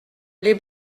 les